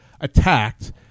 attacked